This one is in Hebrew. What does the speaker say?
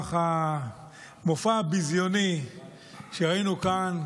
לנוכח המופע הביזיוני שראינו כאן,